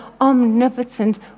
omnipotent